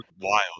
wild